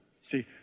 see